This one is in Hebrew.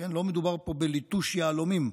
לא מדובר פה בליטוש יהלומים,